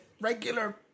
regular